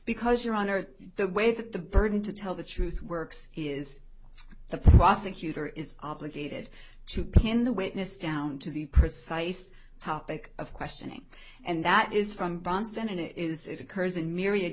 because your honor the way that the burden to tell the truth works is the prosecutor is obligated to pin the witness down to the precise topic of questioning and that is from boston and it is it occurs in myriad